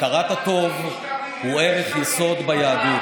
הכרת הטוב היא ערך יסוד ביהדות,